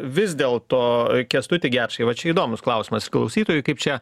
vis dėl to kęstuti gečai va čia įdomus klausimas klausytojui kaip čia